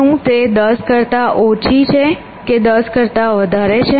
શું તે 10 કરતા ઓછી છે કે 10 કરતા વધારે છે